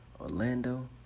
Orlando